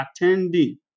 attending